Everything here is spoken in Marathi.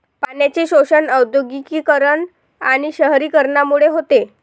पाण्याचे शोषण औद्योगिकीकरण आणि शहरीकरणामुळे होते